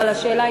אבל השאלה,